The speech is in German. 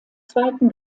zweiten